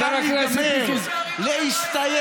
חבר הכנסת מיקי, להסתיים.